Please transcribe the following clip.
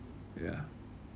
ya